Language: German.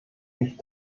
mich